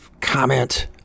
comment